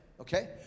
Okay